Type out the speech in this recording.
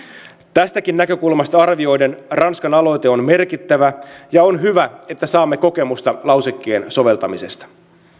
tästäkin näkökulmasta arvioiden ranskan aloite on merkittävä ja on hyvä että saamme kokemusta lausekkeen soveltamisesta